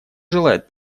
желает